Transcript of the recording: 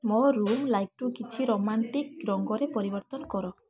ମୋ ରୁମ୍ ଲାଇଟ୍ରୁ କିଛି ରୋମାଣ୍ଟିକ୍ ରଙ୍ଗରେ ପରିବର୍ତ୍ତନ କର